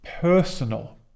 personal